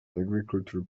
agriculture